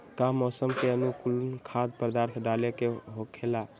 का मौसम के अनुकूल खाद्य पदार्थ डाले के होखेला?